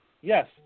Yes